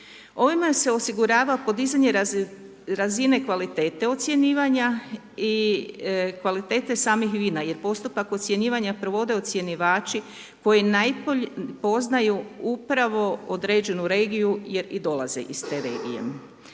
Ovime se osigurava podizanje razine kvalitete ocjenjivanja i kvalitete samih vina jer postupak ocjenjivanja provode ocjenjivači koji najbolje poznaju upravo određenu regiju jer i dolaze iz te regije.